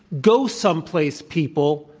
go someplace, people,